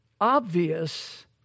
Obvious